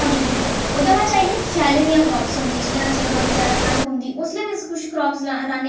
contribute करदियां ओह्दे शा बाद आइयां सेआलै दियां क्रॉप्स न जि'यां जेल्लै बड़ी जादा ठंड पौंदी उसलै बी अस कुछ क्रॉप्स रहाने